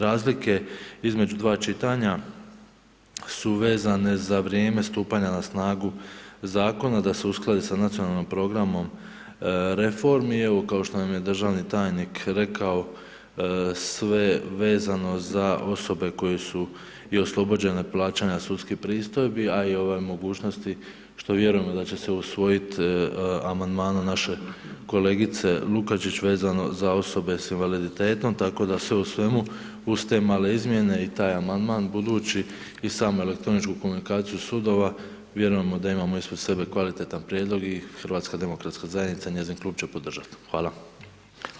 Razlike između dva čitanja su vezane za vrijeme stupanja na snagu Zakona da se uskladi sa nacionalnom programom reformi, evo, kao što nam je državni tajnik rekao, sve vezano za osobe koje su i oslobođene plaćanja sudskih pristojbi, a i ove mogućnosti, što vjerujemo da će se usvojiti Amandmanom naše kolegice Lukačić vezano za osobe sa invaliditetom, tako da sve u svemu uz te male izmjene i taj Amandman budući i samu elektroničku komunikaciju sudova, vjerujemo da imamo ispred sebe kvalitetan prijedlog i HDZ i njezin klub će podržati.